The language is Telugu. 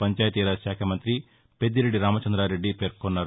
పంచాయతీరాజ్ శాఖ మంతి పెద్దిరెడ్డి రామచంద్రారెడ్డి పేర్కొన్నారు